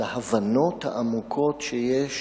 על ההבנות העמוקות שיש